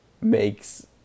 makes